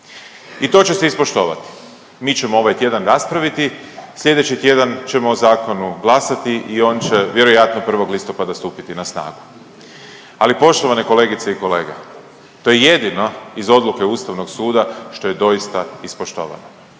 I to će se ispoštovati. Mi ćemo ovaj tjedan raspraviti, slijedeći tjedan ćemo o zakonu glasati i on će vjerojatno 1. listopada stupiti na snagu, ali poštovane kolegice i kolege to je jedino iz odluke Ustavnog suda što je doista ispoštovano.